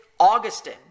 Augustin